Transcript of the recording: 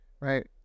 right